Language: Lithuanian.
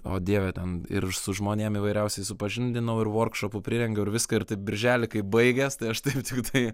o dieve ten ir su žmonėm įvairiausiais supažindinau ir vorkšopų prirengiau ir viską ir taip birželį kai baigės tai aš taip tiktai